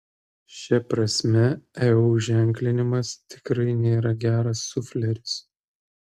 šia prasme eu ženklinimas tikrai nėra geras sufleris